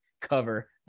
cover